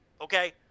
Okay